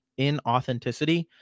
inauthenticity